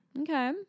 Okay